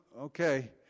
Okay